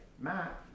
Matt